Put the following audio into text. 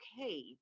okay